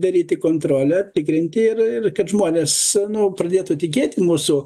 daryti kontrolę tikrinti ir ir kad žmonės nu pradėtų tikėti mūsų